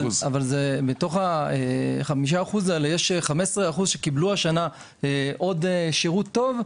מתוך ה-5% האלה יש 15% שקיבלו השנה עוד שירות טוב,